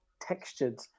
textured